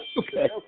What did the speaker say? Okay